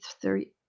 three